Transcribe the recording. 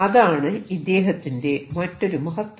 അതാണ് ഇദ്ദേഹത്തിന്റെ മറ്റൊരു മഹത്വം